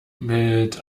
mit